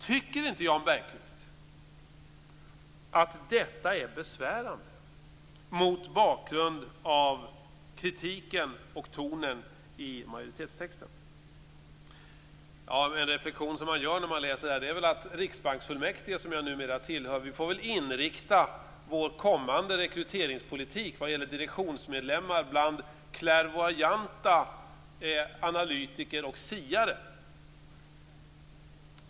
Tycker inte Jan Bergqvist att detta är besvärande, mot bakgrund av kritiken och tonen i majoritetstexten? En reflexion som man gör när man läser detta är att vi i riksbanksfullmäktige, som jag numera tillhör, får inrikta vår kommande rekryteringspolitik vad gäller direktionsmedlemmar på clairvoyanta analytiker och siare.